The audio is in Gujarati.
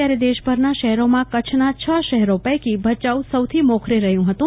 ત્યારે દેશભરના શહેરોમાં કચ્છના છ શહેરો પૈકી ભચાઉ સૌથી મોખરે રહ્યું હતું